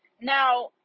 Now